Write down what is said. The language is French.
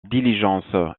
diligence